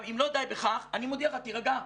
אם לא די בכך, אני מודיע לך, תירגע.